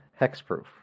hexproof